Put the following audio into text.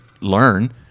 learn